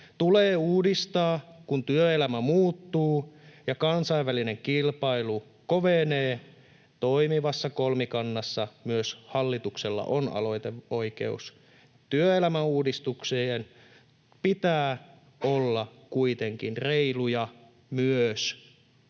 Tulee uudistaa, kun työelämä muuttuu ja kansainvälinen kilpailu kovenee. Toimivassa kolmikannassa myös hallituksella on aloiteoikeus. Työelämäuudistuksien pitää olla kuitenkin reiluja myös